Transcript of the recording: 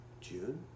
June